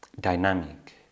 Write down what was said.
dynamic